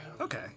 okay